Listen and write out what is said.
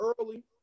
early